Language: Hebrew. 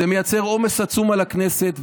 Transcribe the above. זה מייצר עומס עצום על הכנסת,